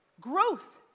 growth